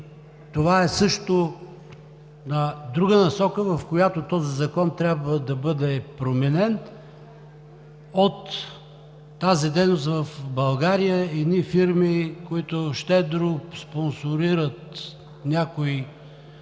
това е друга насока, в която този закон трябва да бъде променен. За такава дейност в България на едни фирми, които щедро спонсорират някои